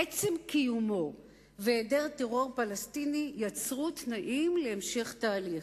עצם קיומו והעדר טרור פלסטיני יצרו תנאים להמשך תהליך.